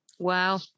Wow